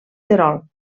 terol